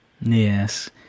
Yes